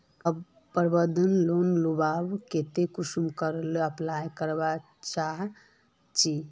प्रबंधन लोन लुबार केते कुंसम करे अप्लाई करवा चाँ चची?